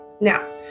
Now